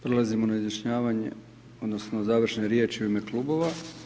Prelazimo na izjašnjavanje odnosno završne riječi u ime klubova.